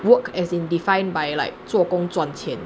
work as in defined by like 做工赚钱